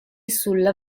sulla